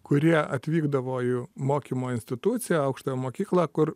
kurie atvykdavo į mokymo instituciją aukštąją mokyklą kur